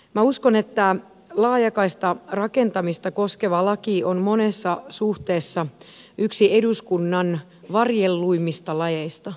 minä uskon että laajakaistarakentamista koskeva laki on monessa suhteessa yksi eduskunnan varjelluimmista laeista